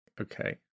okay